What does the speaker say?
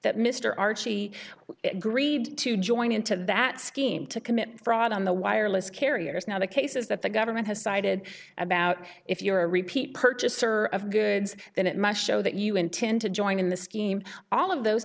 that mr archie agreed to join into that scheme to commit fraud on the wireless carriers now the case is that the government has sided about if you're a repeat purchaser of goods then it must show that you intend to join in the scheme all of those